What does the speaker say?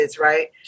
right